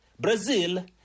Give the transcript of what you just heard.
Brazil